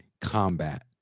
combat